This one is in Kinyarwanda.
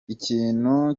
ikintu